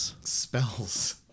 Spells